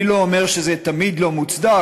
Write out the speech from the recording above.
אני לא אומר שזה תמיד לא מוצדק,